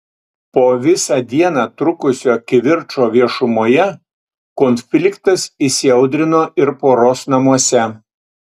po visą dieną trukusio kivirčo viešumoje konfliktas įsiaudrino ir poros namuose